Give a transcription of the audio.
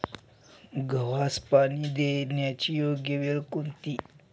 गव्हास पाणी देण्याची योग्य वेळ कोणती?